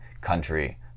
country